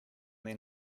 then